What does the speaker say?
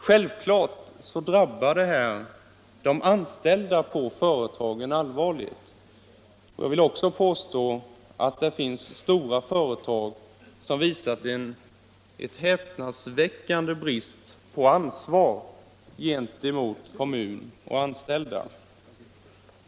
Självklart drabbar detta de anställda i företagen allvarligt. Jag vill också påstå att det finns stora företag som visat häpnadsväckande brist på ansvar gentemot kommun och anställda.